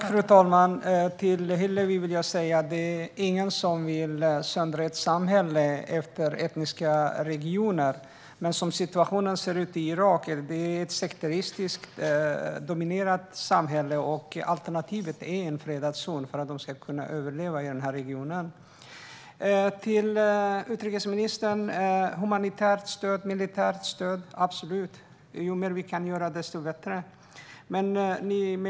Fru talman! Till Hillevi vill jag säga att det inte är någon som vill söndra ett samhälle efter etniska regioner, men som situationen ser ut i Irak är det ett sekteristiskt dominerat samhälle. Alternativet är en fredad zon, för att människor ska kunna överleva i regionen. Till utrikesministern vill jag säga: Humanitärt och militärt stöd - absolut! Ju mer vi kan göra desto bättre.